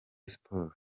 sport